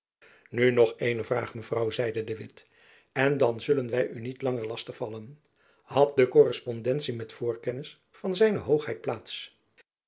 nu nog eene vraag mevrouw zeide de witt en dan zullen wy u niet langer lastig vallen had de korrespondentie met voorkennis van zijne hoogheid plaats